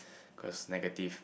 cause negative